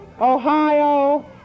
Ohio